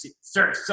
sir